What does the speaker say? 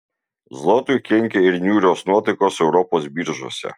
zlotui kenkia ir niūrios nuotaikos europos biržose